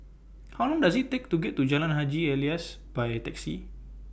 How Long Does IT Take to get to Jalan Haji Alias By Taxi